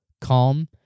calm